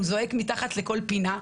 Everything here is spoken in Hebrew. הוא זועק מתחת לכל פינה,